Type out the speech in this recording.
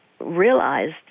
realized